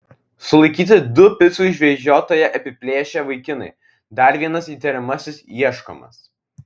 sulaikyti du picų išvežiotoją apiplėšę vaikinai dar vienas įtariamasis ieškomas